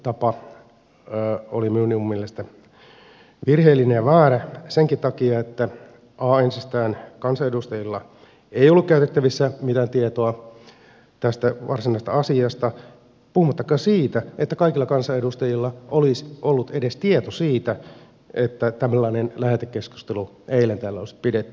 tämä menettelytapa oli minun mielestäni virheellinen ja väärä senkin takia että ensistään kansanedustajilla ei ollut käytettävissään mitään tietoa tästä varsinaisesta asiasta puhumattakaan siitä että kaikilla kansanedustajilla olisi ollut edes tieto siitä että tällainen lähetekeskustelu eilen täällä olisi pidetty